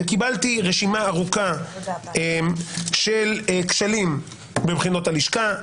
וקיבלתי רשימה ארוכה של כשלים בבחינות הלשכה.